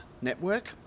Network